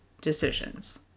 decisions